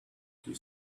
she